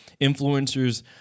Influencers